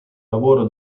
lavoro